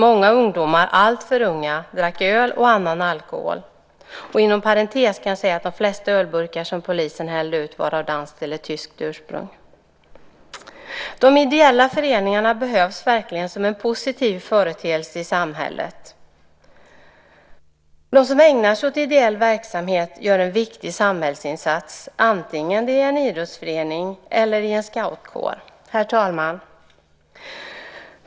Många ungdomar, alltför unga, drack öl och annan alkohol. Inom parentes kan jag säga att de flesta ölburkar som polisen hällde ut var av danskt eller tyskt ursprung. De ideella föreningarna behövs verkligen som en positiv företeelse i samhället. De som ägnar sig åt ideell verksamhet gör en viktig samhällsinsats antingen det är en idrottsförening eller en scoutkår. Herr talman!